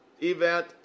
event